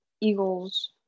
Eagles